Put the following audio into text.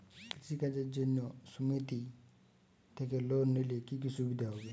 কৃষি কাজের জন্য সুমেতি থেকে লোন নিলে কি কি সুবিধা হবে?